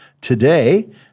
Today